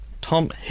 Tom